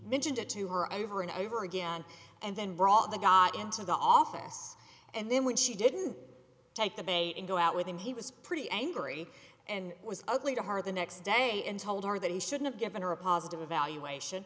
mentioned it to her over and over again and then brought the god into the office and then when she didn't take the bait and go out with him he was pretty angry and was ugly to her the next day and told her that he should have given her a positive evaluation